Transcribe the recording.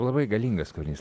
labai galingas kūrinys